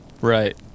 Right